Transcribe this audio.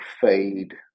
fade